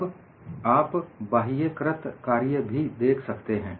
तब आप बाह्य कृत कार्य भी देख सकते हैं